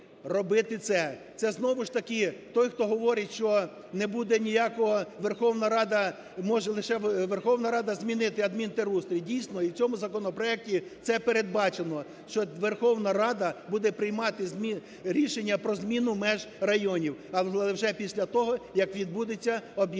Це знову ж таки той, хто говорить, що не буде ніякого… Верховна Рада може… лише Верховна Рада змінити адмінтерустрій. І, дійсно, в цьому законопроекті це передбачено, що Верховна Рада буде приймати рішення про зміну меж районі, але вже після того як відбудеться об'єднання